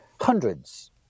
hundreds